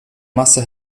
masse